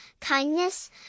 kindness